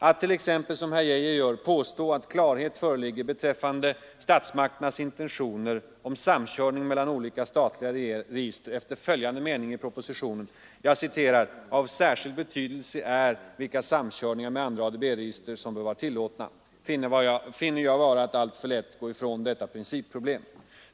Att t.ex., som herr Geijer gör, påstå att klarhet föreligger beträffande statsmakternas intentioner om samkörning mellan olika statliga register efter följande mening i propositionen: ”Av särskild betydelse är vilka samkörningar med andra ADB-register som bör vara tillåtna”, finner jag vara att alltför lätt gå ifrån denna problematik.